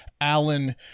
Allen